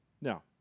now